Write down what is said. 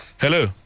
Hello